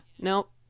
nope